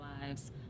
lives